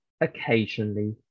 occasionally